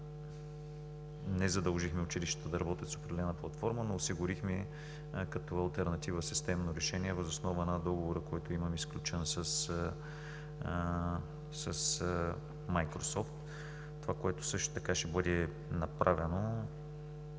не задължихме училищата да работят с определена платформа, но осигурихме като алтернатива системно решение въз основа на договора, който имаме сключен с Майкрософт. Това, което също така ще бъде направено,